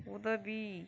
உதவி